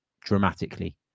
dramatically